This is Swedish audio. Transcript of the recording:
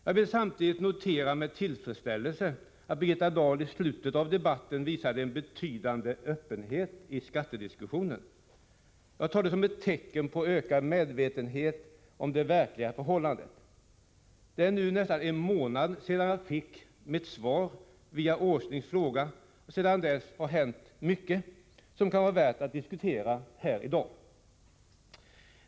Jag vill samtidigt notera med tillfredsställelse att Birgitta Dahl i slutet av debatten visade en betydande öppenhet i skattediskussionen. Jag tar det som ett tecken på ökad medvetenhet om det verkliga förhållandet. Det är nu nästan en månad sedan jag fick mitt svar via Åslings fråga. Sedan dess har mycket hänt, som kan vara värt att diskutera här i dag.